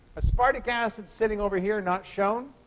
aspartic acid sitting over here not shown,